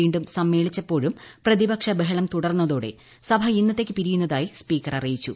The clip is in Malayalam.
വീണ്ടും സമ്മേളിച്ചപ്പോഴും പ്രതിപക്ഷ ബഹളം തുടർന്നതോടെ സഭ ഇന്നത്തേക്ക് പിരിയുന്നതായി സ്പീക്കർ അറിയിച്ചു